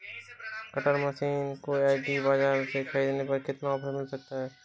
Cutter machine को agri बाजार से ख़रीदने पर कितना ऑफर मिल सकता है?